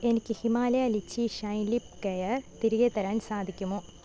എനിക്ക് Himalaya lychee shine lip care തിരികെ തരാൻ സാധിക്കുമോ